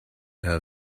her